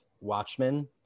Watchmen